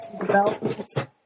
developments